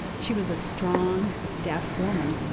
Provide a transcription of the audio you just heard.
she was a strong deaf woman.